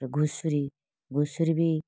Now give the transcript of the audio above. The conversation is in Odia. ତା'ପରେ ଘୁଷୁରୀ ଘୁଷୁରୀ ବି